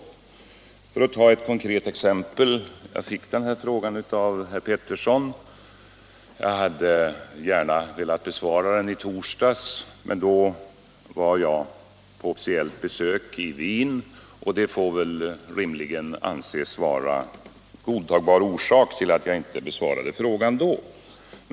Låt mig för att ta ett konkret exempel nämna den fråga jag fått av herr Pettersson. Jag hade gärna velat besvara den i torsdags, men då var jag på officiellt besök i Wien, och det får väl rimligen anses vara godtagbar orsak till att jag inte besvarade frågan då.